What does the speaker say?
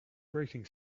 grating